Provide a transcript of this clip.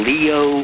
Leo